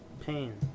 Pain